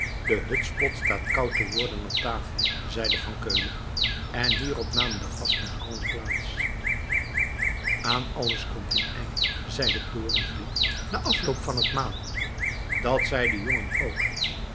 de hutspot staat koud te worden op tafel zeide van keulen en hierop namen de gasten allen plaats aan alles komt een eind zeide torenvliet na afloop van het maal dat zei de jongen ook